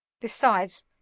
Besides